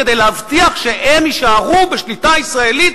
כדי להבטיח שהם יישארו בשליטה ישראלית,